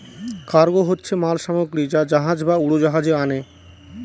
cargo হচ্ছে মাল সামগ্রী যা জাহাজ বা উড়োজাহাজে আনে